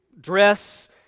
dress